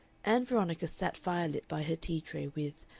ann veronica sat firelit by her tea-tray with,